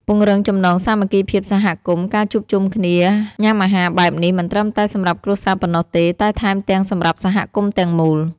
ពង្រឹងចំណងសាមគ្គីភាពសហគមន៍ ការជួបជុំគ្នាញ៉ាំអាហារបែបនេះ មិនត្រឹមតែសម្រាប់គ្រួសារប៉ុណ្ណោះទេ តែថែមទាំងសម្រាប់សហគមន៍ទាំងមូល។